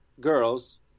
girls